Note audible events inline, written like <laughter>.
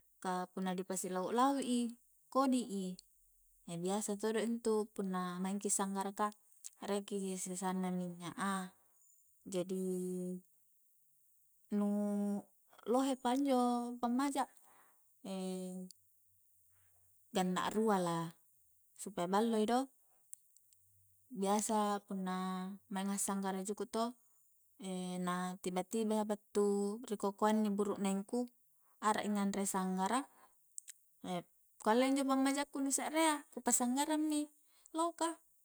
Ka punna di pasi lau'-lau'i kodi i <hesitation> biasa todo intu punna maing ki sanggara ka rie ki ji sisanna minnya a jadi nu <hesitation> lohe pa injo pammaja <hesitation> ganna rua la supaya ballo i do biasa punna mainga sanggara juku' to <hesitation> na tiba-tiba battu ri kokoa inni burukneng ku arak i nganre sanggara <hesitation> ku alle injo pammaja ku nu se'rea ku passanggarrang mi loka